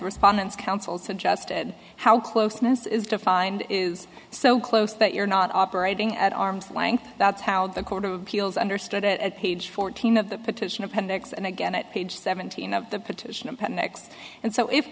respondents counsel suggested how closeness is defined is so close that you're not operating at arm's length that's how the court of appeals understood it at page fourteen of the petition appendix and again at page seventeen of the petition appendix and so if